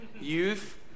youth